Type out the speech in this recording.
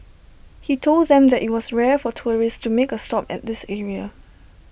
he told them that IT was rare for tourists to make A stop at this area